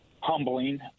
humbling